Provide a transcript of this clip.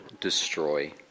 destroy